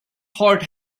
heart